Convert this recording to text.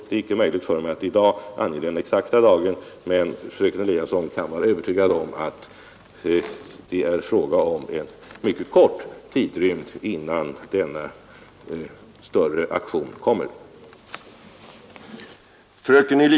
Det är inte möjligt för mig att i dag ange den exakta dagen, men fröken Eliasson kan vara övertygad om att det är fråga om en mycket kort tidrymd innan denna större aktion kommer till stånd.